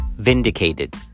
Vindicated